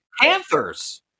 Panthers